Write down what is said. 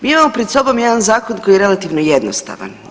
Mi imamo pred sobom jedan zakon koji je relativno jednostavan.